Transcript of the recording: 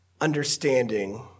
understanding